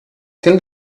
still